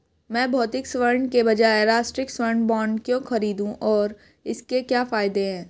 मैं भौतिक स्वर्ण के बजाय राष्ट्रिक स्वर्ण बॉन्ड क्यों खरीदूं और इसके क्या फायदे हैं?